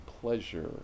pleasure